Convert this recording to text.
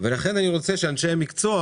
לכן אני רוצה שאנשי המקצוע